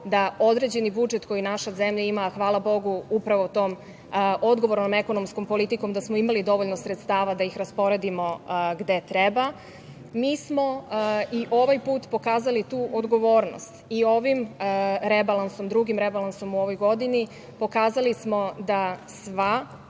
da određeni budžet koji naša zemlja ima, a hvala Bogu upravo tom odgovornom ekonomskom politikom, da smo imali dovoljno sredstava da ih rasporedimo gde treba. Mi smo i ovaj put pokazali tu odgovornost i ovim rebalansom, drugim rebalansom u ovoj godini, pokazali smo da sva